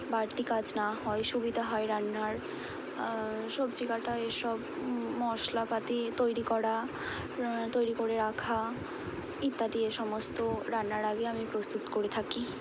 বাড়তি কাজ না হয় সুবিধা হয় রান্নার সবজি কাটা এসব মশলাপাতি তৈরি করা তৈরি করে রাখা ইত্যাদি এ সমস্ত রান্নার আগে আমি প্রস্তুত করে থাকি